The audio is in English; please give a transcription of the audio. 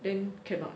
then cannot